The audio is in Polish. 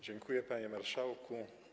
Dziękuję, panie marszałku.